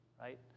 Right